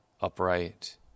upright